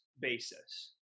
basis